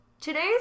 Today's